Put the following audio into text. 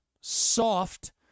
soft